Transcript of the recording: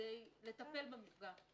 כדי לטפל במפגע.